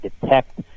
detect